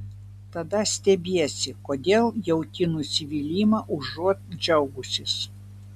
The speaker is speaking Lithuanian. tada stebiesi kodėl jauti nusivylimą užuot džiaugusis